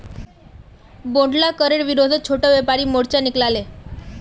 बोढ़ला करेर विरोधत छोटो व्यापारी मोर्चा निकला ले